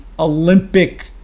olympic